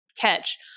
catch